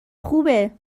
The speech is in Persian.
خوبه